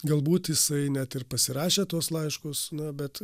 galbūt jisai net ir pasirašė tuos laiškus na bet